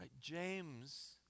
James